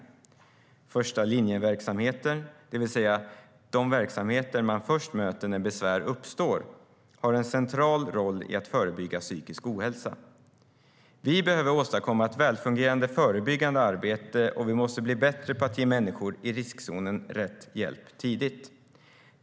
Första linjen-verksamheter, det vill säga de verksamheter man först möter när besvär uppstår, har en central roll i att förebygga psykisk ohälsa. Vi behöver åstadkomma ett väl fungerande förebyggande arbete, och vi måste bli bättre på att ge människor i riskzonen rätt hjälp tidigt.